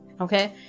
okay